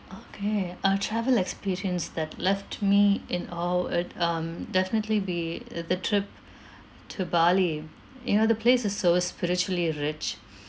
okay uh travel experience that left me in awe would um definitely be uh the trip to bali you know the place is so spiritually rich